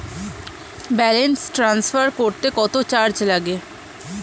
Balance transfer করতে কত charge লাগে?